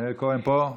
מאיר כהן פה?